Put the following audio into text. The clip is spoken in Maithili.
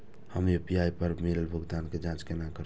हम यू.पी.आई पर मिलल भुगतान के जाँच केना करब?